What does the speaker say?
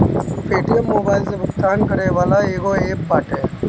Paytm mobile से भुगतान करे वाला एगो एप्प बाटे